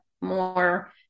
more